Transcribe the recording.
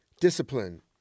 discipline